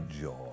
joy